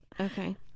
Okay